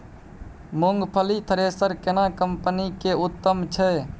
मूंगफली थ्रेसर केना कम्पनी के उत्तम छै?